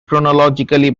chronologically